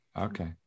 okay